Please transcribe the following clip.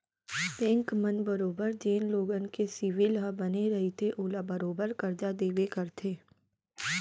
bank मन बरोबर जेन लोगन के सिविल ह बने रइथे ओला बरोबर करजा देबे करथे